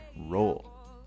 roll